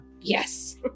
Yes